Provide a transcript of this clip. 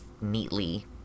neatly